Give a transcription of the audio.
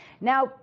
Now